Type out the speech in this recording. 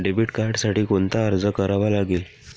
Debit कार्डसाठी कोणता अर्ज करावा लागेल?